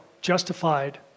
justified